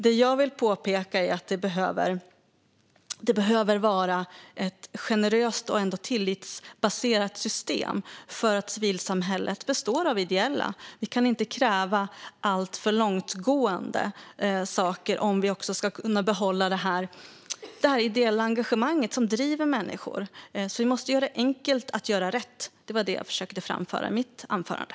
Det jag vill påpeka är att det behöver vara ett generöst och ändå tillitsbaserat system eftersom civilsamhället består av ideella krafter. Vi kan inte kräva alltför långtgående saker om vi också ska kunna behålla det ideella engagemang som driver människor. Vi måste därför göra det enkelt att göra rätt. Det var det jag försökte framföra i mitt anförande.